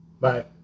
Bye